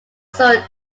sword